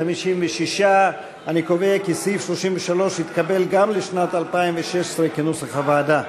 56. אני קובע כי סעיף 33 התקבל גם לשנת 2016 כנוסח הוועדה.